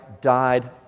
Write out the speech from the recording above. died